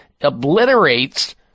obliterates